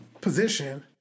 position